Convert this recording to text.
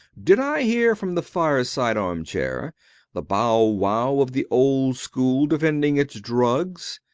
did i hear from the fireside armchair the bow-wow of the old school defending its drugs?